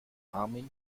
armin